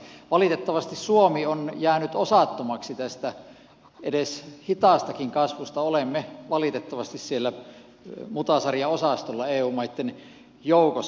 valitettavasti suomi on jäänyt osattomaksi tästä hitaastakin kasvusta olemme valitettavasti siellä mutasarjaosastolla eu maiden joukossa